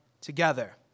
together